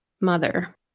mother